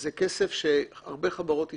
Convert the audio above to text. זה כסף שהרבה חברות ישראליות,